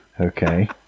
Okay